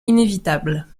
inévitable